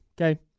okay